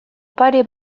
pare